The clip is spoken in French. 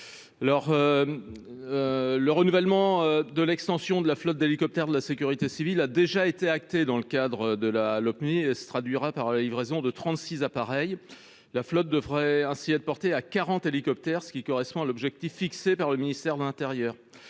Le renouvellement de l'extension de la flotte d'hélicoptères de la sécurité civile a déjà été acté dans le cadre de la Lopmi et se traduira par la livraison de trente-six appareils. Ainsi, la flotte devrait être portée à quarante hélicoptères, ce qui correspond à l'objectif fixé par le ministère de l'intérieur.